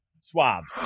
swabs